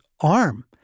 arm